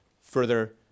further